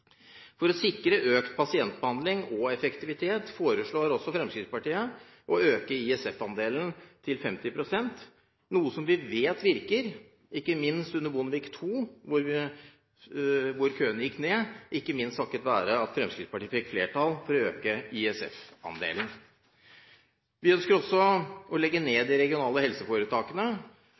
For å sikre økt pasientbehandling og effektivitet foreslår Fremskrittspartiet også å øke ISF-andelen til 50 pst., noe som vi vet virker når det gjelder å få ned køene. Under Bondevik II-regjeringen gikk køene ned, takket være at Fremskrittspartiet fikk flertall for å øke ISF-andelen. Vi ønsker også å legge ned de regionale helseforetakene